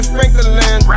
Franklin